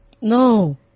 No